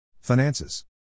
Finances